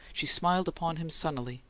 she smiled upon him sunnily,